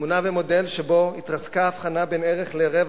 תמונה ומודל שבו התרסקה ההבחנה בין ערך לרווח,